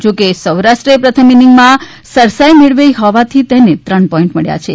જોકે સૌરાષ્ર્ એ પ્રથમ ઇનિંગમાં સરસાઈ મેળવી હોવાથી તેને ત્રણ પોઇન્ટ મબ્યા હતા